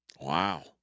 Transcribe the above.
Wow